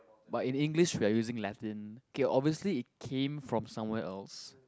but in English we are using Latin K obviously it came from somewhere else